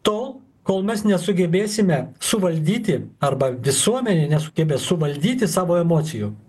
tol kol mes nesugebėsime suvaldyti arba visuomenė nesugebės suvaldyti savo emocijų